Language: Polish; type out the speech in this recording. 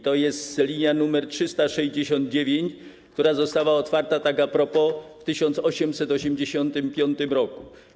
To jest linia nr 369, która została otwarta tak a propos w 1885 r.